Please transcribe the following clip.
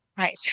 Right